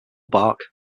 bark